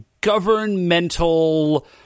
governmental